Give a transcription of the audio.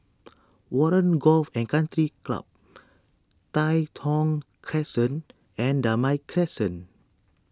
Warren Golf and Country Club Tai Thong Crescent and Damai Crescent